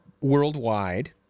worldwide